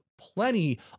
plenty